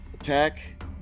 Attack